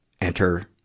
enter